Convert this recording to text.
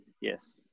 Yes